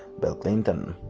bill clinton.